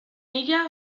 ella